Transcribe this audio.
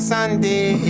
Sunday